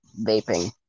vaping